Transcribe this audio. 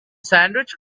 sandwich